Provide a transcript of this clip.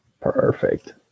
Perfect